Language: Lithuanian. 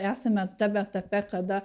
esame tam etape kada